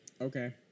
Okay